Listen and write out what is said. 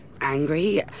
Angry